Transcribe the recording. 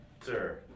sir